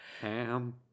Ham